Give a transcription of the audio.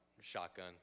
shotgun